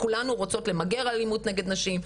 כולנו רוצות למגר אלימות נגד נשים,